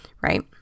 right